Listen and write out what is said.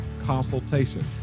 consultation